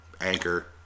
Anchor